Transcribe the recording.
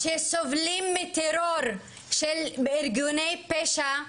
שמסתובבים ברחובות אל היישובים שסובלים מטרור של ארגוני פשע,